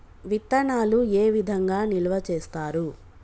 విత్తనాలు ఏ విధంగా నిల్వ చేస్తారు?